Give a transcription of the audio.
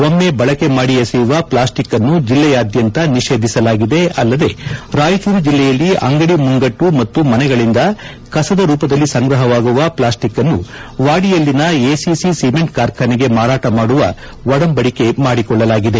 ಒಮ್ನ ಬಳಕೆ ಮಾಡಿ ಎಸೆಯುವ ಪ್ಲಾಸ್ಟಿಕ್ ಅನ್ನು ಜಿಲ್ಲೆಯಾದ್ಧಂತ ನಿಷೇಧಿಸಲಾಗಿದೆ ಅಲ್ಲದೆ ರಾಯಚೂರು ಜಿಲ್ಲೆಯಲ್ಲಿ ಅಂಗಡಿ ಮುಂಗಟ್ಟು ಮತ್ತು ಮನೆಗಳಿಂದ ಕಸದ ರೂಪದಲ್ಲಿ ಸಂಗ್ರಹವಾಗುವ ಪ್ಲಾಸ್ಸಿಕ್ ಅನ್ನು ವಾಡಿಯಲ್ಲಿನ ಎಸಿಸಿ ಸಿಮೆಂಟ್ ಕಾರ್ಖಾನೆಗೆ ಮಾರಾಟ ಮಾಡುವ ಒಂಡಂಬಡಿಕೆ ಮಾಡಿಕೊಳ್ಳಲಾಗಿದೆ